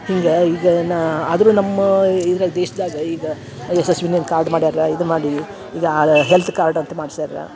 ಹಿಂಗೆ ಇದನಾ ಆದರೂ ನಮ್ಮ ಇದು ದೇಶದಾಗ ಈಗ ಯಶಸ್ವಿನಿ ಕಾರ್ಡ್ ಮಾಡ್ಯಾರ ಇದು ಮಾಡಿ ಈಗ ಹೆಲ್ತ್ ಕಾರ್ಡ್ ಅಂತ ಮಾಡಿಸ್ಯಾರ